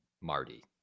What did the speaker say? Marty